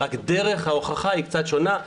רק דרך ההוכחה היא קצת שונה,